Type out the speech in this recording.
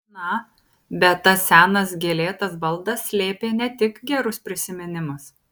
na bet tas senas gėlėtas baldas slėpė ne tik gerus prisiminimus